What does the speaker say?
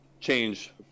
change